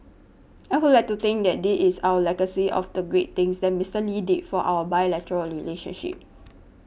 I would like to think that this is out legacy of the great things that Mister Lee did for our bilateral relationship